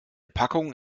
packung